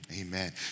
Amen